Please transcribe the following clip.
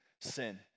sin